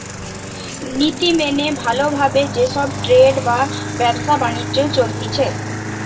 নীতি মেনে ভালো ভাবে যে সব ট্রেড বা ব্যবসা বাণিজ্য চলতিছে